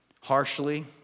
harshly